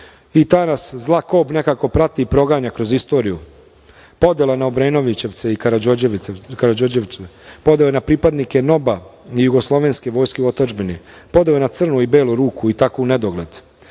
Ta nas zla kob nekako prati i proganja kroz istoriju. Podela na Obrenovce i Karađorđevce, podela na pripadnike NOB-a i jugoslovenske vojske u otadžbini, podela na crnu i belu ruku i tako u nedogled,